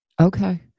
Okay